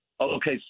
Okay